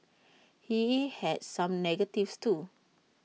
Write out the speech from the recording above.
he had some negatives too